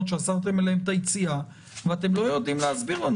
שאסרתם אליהן את היציאה ואתם לא יודעים להסביר לנו